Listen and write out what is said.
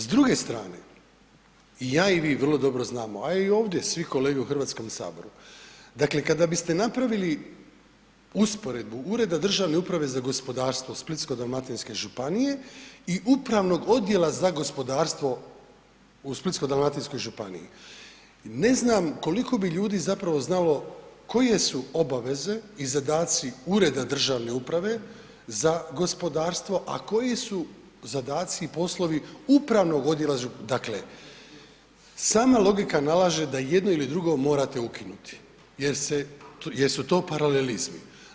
S druge strane, ja i vi vrlo dobro znamo, a i ovdje svi kolege u HS, dakle, kada biste napravili usporedbu Ureda državne uprave za gospodarstvo splitsko-dalmatinske županije i Upravnog odjela za gospodarstvo u splitsko-dalmatinskoj županiji i ne znam koliko bi ljudi zapravo znalo koje su obaveze i zadaci Ureda državne uprave za gospodarstvo, a koji su zadaci i poslovi Upravnog odjela, dakle, sama logika nalaže da jedno ili drugo morate ukinuti jer su to paralelizmi.